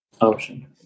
Ocean